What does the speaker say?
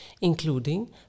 including